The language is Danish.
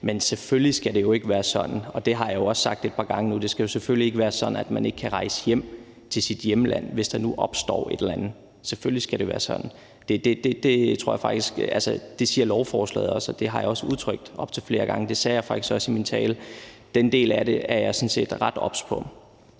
Men selvfølgelig skal det ikke være sådan – og det har jeg jo også sagt et par gange nu – at man ikke kan rejse hjem til sit hjemland, hvis der nu opstår et eller andet. Selvfølgelig skal det ikke være sådan. Det siger lovforslaget også. Det har jeg også udtrykt op til flere gange. Det sagde jeg faktisk også i min tale. Den del af det er jeg sådan set ret obs på.